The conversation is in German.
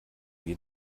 wir